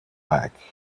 back